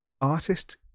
artist